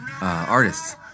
artists